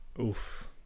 Oof